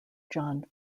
john